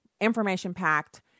Information-packed